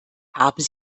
haben